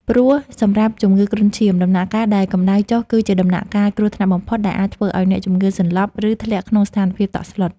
ព្រោះសម្រាប់ជំងឺគ្រុនឈាម ដំណាក់កាលដែលកម្ដៅចុះគឺជាដំណាក់កាលគ្រោះថ្នាក់បំផុតដែលអាចធ្វើឱ្យអ្នកជំងឺសន្លប់ ឬធ្លាក់ក្នុងស្ថានភាពតក់ស្លុត។